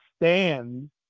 stand